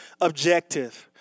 objective